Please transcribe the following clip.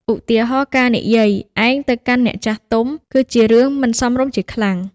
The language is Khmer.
ឧទាហរណ៍ ការនិយាយ ឯង ទៅកាន់អ្នកចាស់ទុំ គឺជារឿងមិនសមរម្យជាខ្លាំង។